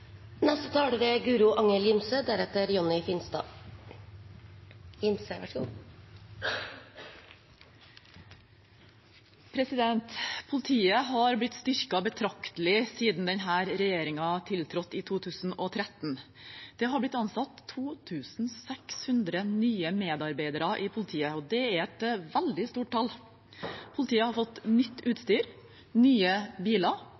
Politiet har blitt styrket betraktelig siden denne regjeringen tiltrådte i 2013. Det har blitt ansatt 2 600 nye medarbeidere i politiet, og det er et veldig stort tall. Politiet har fått nytt utstyr, nye biler,